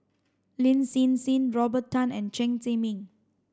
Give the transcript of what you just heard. Lin Hsin Hsin Robert Tan and Chen Zhiming